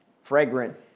fragrant